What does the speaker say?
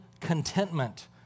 contentment